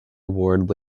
award